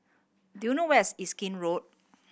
do you know where is Erskine Road